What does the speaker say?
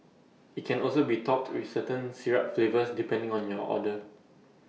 IT can also be topped with certain syrup flavours depending on your order